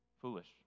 foolish